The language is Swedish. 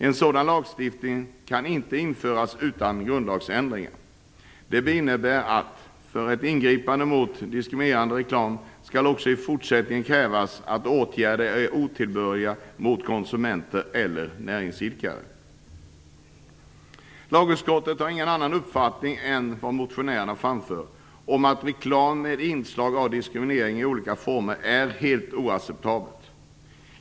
En sådan lagstiftning kan inte införas utan grundlagsändringar. Det innebär att det för ett ingripande mot diskriminerande reklam också i fortsättningen skall krävas att åtgärden är otillbörlig mot konsumenter eller näringsidkare. Lagutskottet har ingen annan uppfattning än motionärerna i denna fråga, utan anser att reklam med inslag av diskriminering i olika former är helt oacceptabel.